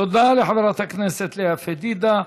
תודה לחברת הכנסת לאה פדידה.